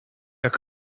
jak